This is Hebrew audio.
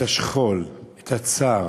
את השכול, את הצער,